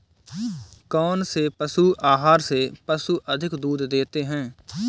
कौनसे पशु आहार से पशु अधिक दूध देते हैं?